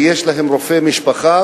ויש להם רופא משפחה,